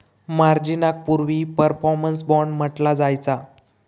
मार्जिनाक पूर्वी performance bond म्हटला जायचा